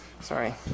Sorry